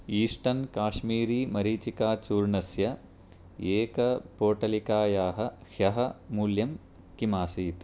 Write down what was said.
Eastern कश्मीरी मरीचिकाचूर्णस्य एकपोटलिकायाः ह्यः मूल्यं किमासीत्